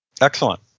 Excellent